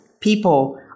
people